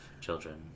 children